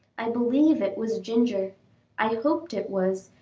i believe it was ginger i hoped it was,